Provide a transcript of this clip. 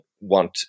want